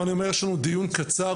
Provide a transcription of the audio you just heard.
יש לנו דיון קצר,